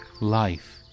life